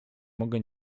mogę